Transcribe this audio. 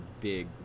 big